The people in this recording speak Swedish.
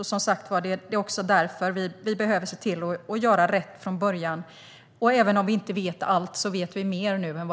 Det är som sagt därför vi behöver se till att göra rätt från början. Och även om vi inte vet allt vet vi mer nu än